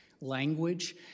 language